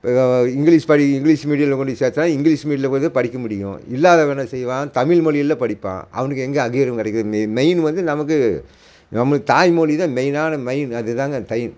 English படி English மீடியமில் கொண்டு சேர்த்தா இங்கிலீஷ் மீடியமில் படிக்க முடியும் இல்லாதவன் என்ன செய்வான் தமிழ் மீடியமில் படிப்பான் அவனுக்கு எங்கே அங்கீகாரம் கிடைக்கிது மெயின் வந்து நமக்கு நம்மளுக்கு தாய்மொழி தான் மெயினான மெயின் அதுதாங்க